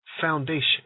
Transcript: foundation